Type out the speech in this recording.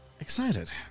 excited